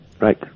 Right